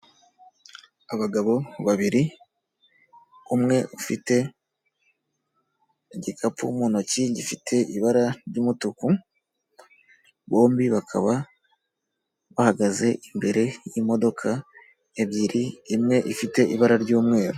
Abagabo babiri, umwe ufite igikapu mu ntoki gifite ibara ry'umutuku, bombi bakaba bahagaze imbere y'imodoka ebyiri, imwe ifite ibara ry'umweru.